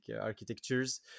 architectures